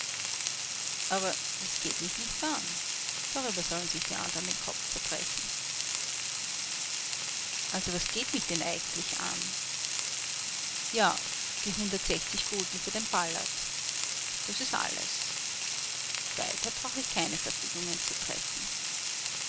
aber das geht mich nichts an darüber sollen sich die andern den kopf zerbrechen also was geht mich denn eigentlich an ja die hundertsechzig gulden für den ballert das ist alles weiter brauch ich keine verfügungen zu treffen